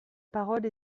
parole